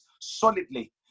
solidly